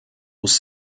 muss